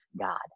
God